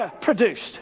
produced